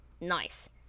Nice